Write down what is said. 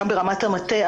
גם ברמת המטה,